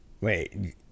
Wait